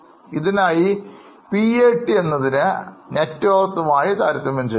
ഇതിനായി PAT Networth ആയി താരതമ്യം ചെയ്യുന്നു